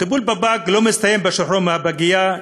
הטיפול בפג לא מסתיים עם השחרור מהפגייה,